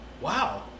wow